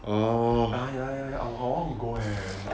oh ya ya ya I want to go eh